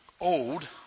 old